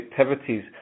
activities